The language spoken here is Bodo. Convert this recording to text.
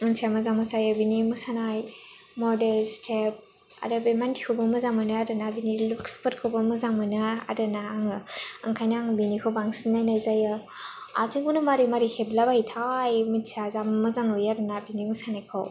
मानसिया मोजां मोसायो बिनि मोसानाय मडेल स्टेप आरो बे मानसिखौबो मोजां मोनो आरोना बिनि लुक्सफोरखौबो मोजां मोनो आरोना आङो ओंखायनो आं बिनिखौ बांसिन नायनाय जायो आथिंखौ नों मारै मारै हेबला बायोथाय मिथिया जा मोजां नुयो आरोना बिनि मोसानायखौ